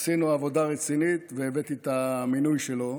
עשינו עבודה רצינית והבאתי את המינוי שלו,